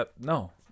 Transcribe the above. no